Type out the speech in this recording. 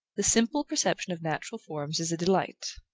the simple perception of natural forms is a delight.